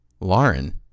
Lauren